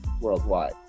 worldwide